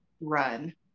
run